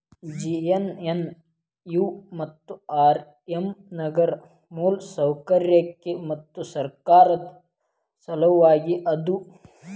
JNNU ಮತ್ತು RM ನಗರ ಮೂಲಸೌಕರ್ಯಕ್ಕ ಮತ್ತು ಸರ್ಕಾರದ್ ಸಲವಾಗಿ ಅದ